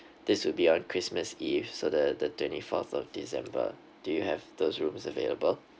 this will be on christmas eve so the the twenty fourth of december do you have those rooms available